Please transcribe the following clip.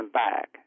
back